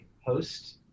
host